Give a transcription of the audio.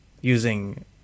using